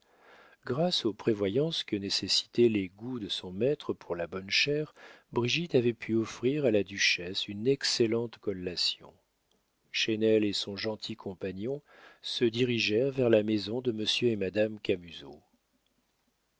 grâce aux prévoyances que nécessitaient les goûts de son maître pour la bonne chère brigitte avait pu offrir à la duchesse une excellente collation chesnel et son gentil compagnon se dirigèrent vers la maison de monsieur et madame